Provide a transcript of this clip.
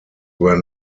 were